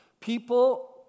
People